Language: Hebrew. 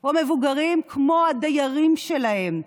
או מבוגרים כמו הדיירים שלהם.